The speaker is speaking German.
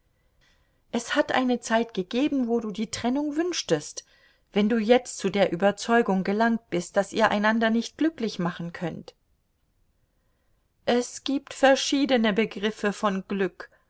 es hat eine zeit gegeben wo du die trennung wünschtest wenn du jetzt zu der überzeugung gelangt bist daß ihr einander nicht glücklich machen könnt es gibt verschiedene begriffe von glück